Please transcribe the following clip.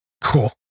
Cool